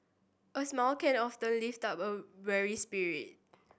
a smile can often lift up a weary spirit